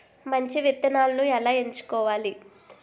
మంచి విత్తనాలను ఎలా ఎంచుకోవాలి?